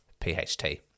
PHT